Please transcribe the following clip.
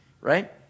Right